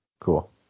Cool